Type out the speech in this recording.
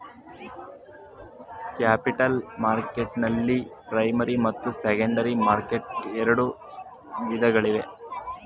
capital ಮಾರ್ಕೆಟ್ನಲ್ಲಿ primary ಮತ್ತು secondary market ಎರಡು ವಿಧಗಳಿವೆ